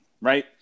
right